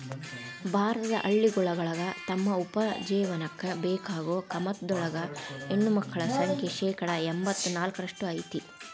ಭಾರತದ ಹಳ್ಳಿಗಳೊಳಗ ತಮ್ಮ ಉಪಜೇವನಕ್ಕ ಬೇಕಾಗೋ ಕಮತದೊಳಗ ಹೆಣ್ಣಮಕ್ಕಳ ಸಂಖ್ಯೆ ಶೇಕಡಾ ಎಂಬತ್ ನಾಲ್ಕರಷ್ಟ್ ಐತಿ